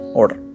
order